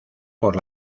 por